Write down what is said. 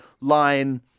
line